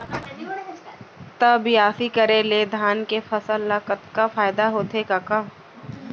त बियासी करे ले धान के फसल ल कतका फायदा होथे कका?